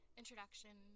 introduction